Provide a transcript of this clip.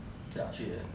ya three A_M